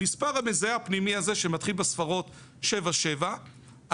המספר המזהה הפנימי הזה שמתחיל בספרות 77 בעצם